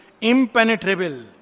impenetrable